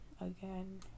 again